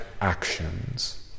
actions